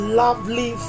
lovely